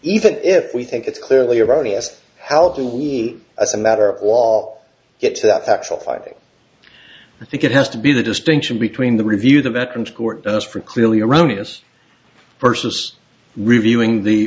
even if we think it's clearly erroneous how do we as a matter of law get to that actual fighting i think it has to be the distinction between the review the veterans court business for clearly erroneous versus reviewing the